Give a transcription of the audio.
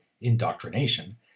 indoctrination